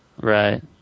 Right